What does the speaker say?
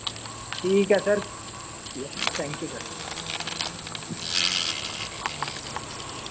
ठीक ऐ सर ठीक ऐ थैंक यू सर